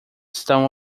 estão